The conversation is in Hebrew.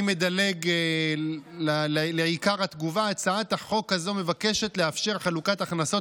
אני מדלג לעיקר התגובה: הצעת חוק הזו מבקשת לאפשר חלוקת הכנסות